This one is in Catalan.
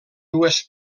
dues